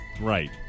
Right